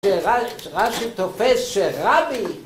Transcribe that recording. ר"שי תופס שרבי